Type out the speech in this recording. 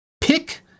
Pick